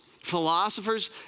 Philosophers